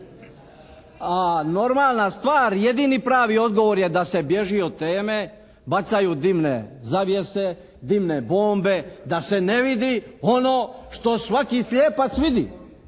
A normalna stvar jedini pravi odgovor je da se bježi od teme, bacaju dimne zavjese, dimne bombe da se ne vidi ono što svaki slijepac vidi.